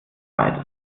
beides